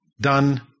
done